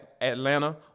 Atlanta